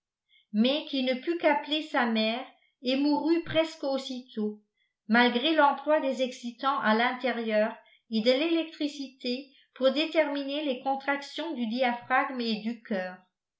mais qui ne put qu'appeler sa mère et mourut presque aussitôt malgré l'emploi des excitants à l'intérieur et de l'électricité pour déterminer les contractions du diaphragme et du coeur